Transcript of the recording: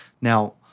Now